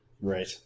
Right